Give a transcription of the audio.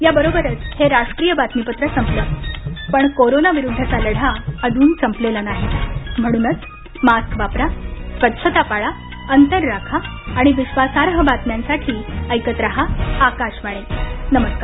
याबरोबरच हे राष्ट्रीय बातमीपत्र संपलं पण कोरोना विरुद्धचा लढा अजून संपलेला नाही म्हणूनच मास्क वापरा स्वच्छता पाळा अंतर राखा आणि विश्वासार्ह बातम्यांसाठी ऐकत रहा आकाशवाणी नमस्कार